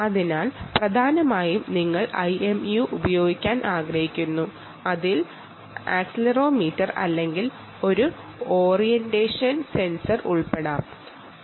അതിനാൽ പ്രധാനമായും നിങ്ങൾ IMU ഉപയോഗിക്കുക അതിൽ ആക്സിലറോമീറ്റർ അല്ലെങ്കിൽ ഒരു ഓറിയന്റേഷൻ സെൻസർ ഉൾപ്പെട്ടിരിക്കുന്നു